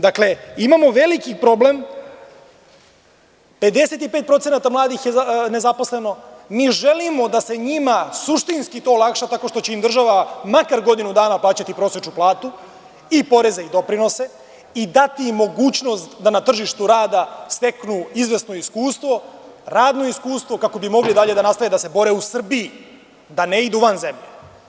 Dakle, imamo veliki problem, 55% mladih je nezaposleno, mi želimo da se to njima suštinski olakša to tako što će im država makar godinu dana plaćati prosečnu platu i poreze i doprinose i dati im mogućnost da na tržištu rada steknu izvesno iskustvo, radno iskustvo kako bi mogli dalje da nastave da se bore u Srbiji, da ne idu van zemlje.